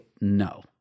no